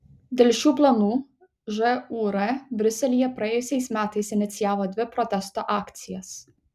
dėl šių planų žūr briuselyje praėjusiais metais inicijavo dvi protesto akcijas